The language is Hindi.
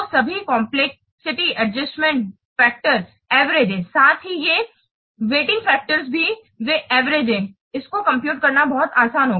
सभी कम्प्लेक्सिटी एडजस्टमेंट फैक्टर्स एवरेज हैं साथ ही साथ ये वेइटिंग फैक्टर भी वे एवरेज हैं इसको कंप्यूट करना बहुत आसान होगा